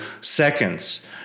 seconds